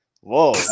Whoa